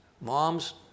Moms